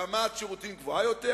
רמת שירותים גבוהה יותר,